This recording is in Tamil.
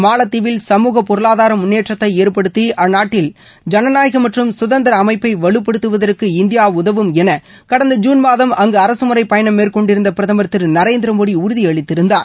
மாலத்தீவில் சமூக பொருளாதார முன்னேற்றத்தை ஏற்படுத்தி அந்நாட்டில் ஜனநாயக மற்றும் சுதந்திர அமைப்பை வலுப்படுத்துவதற்கு இந்தியா உதவும் என கடந்த ஜுன் மாதம் அங்கு அரசமுறைப் பயணம் மேற்கொண்டிருந்த பிரதமர் திரு நரேந்திர மோடி உறுதியளித்திருந்தார்